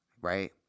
right